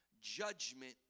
judgment